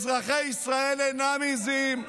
אזרחי ישראל אינם עיזים,